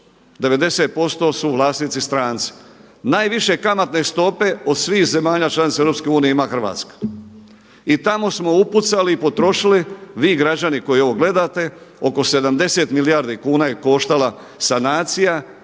90% su vlasnici stranci. Najviše kamatne stope od svih zemalja članica EU ima Hrvatska i tamo smo upucali i potrošili vi građani koji ovo gledate oko 70 milijardi kuna je koštala sanacija.